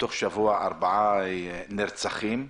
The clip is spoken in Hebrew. ובתוך שבוע ארבעה נרצחים.